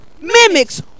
mimics